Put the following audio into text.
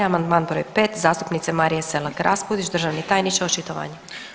Amandman br. 5 zastupnice Marije Selak Raspudić, državni tajniče, očitovanje.